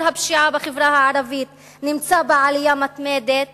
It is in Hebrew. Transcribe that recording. הפשיעה בחברה הערבית נמצא בעלייה מתמדת